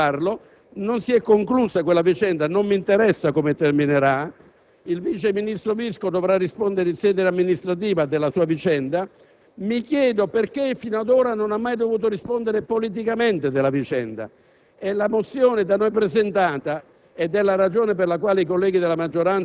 deve rispondere penalmente davanti al giudice penale ed ha cominciato a farlo. Non si è conclusa quella vicenda e non mi interessa come terminerà. Il vice ministro Visco dovrà rispondere in sede amministrativa della sua vicenda. Mi chiedo perché, sino ad ora, non ha mai dovuto risponderne politicamente. Noi abbiamo